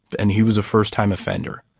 and he was a first-time offender.